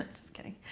just kidding.